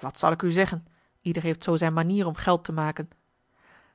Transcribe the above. wat zal ik u zeggen ieder heeft zoo zijn manier om geld te maken